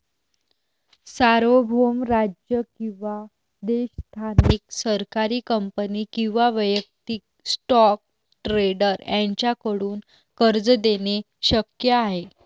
सार्वभौम राज्य किंवा देश स्थानिक सरकारी कंपनी किंवा वैयक्तिक स्टॉक ट्रेडर यांच्याकडून कर्ज देणे शक्य आहे